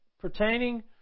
pertaining